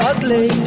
Ugly